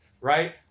Right